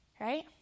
right